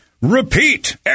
repeat